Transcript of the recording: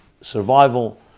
survival